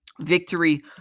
victory